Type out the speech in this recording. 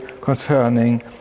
concerning